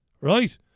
right